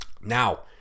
Now